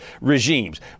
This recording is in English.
regimes